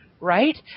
right